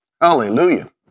Hallelujah